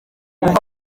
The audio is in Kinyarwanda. kuva